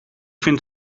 vind